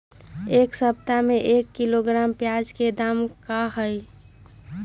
एक सप्ताह में एक किलोग्राम प्याज के दाम का होई?